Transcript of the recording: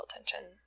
attention